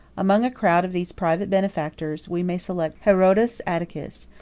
among a crowd of these private benefactors, we may select herodes atticus,